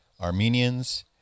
Armenians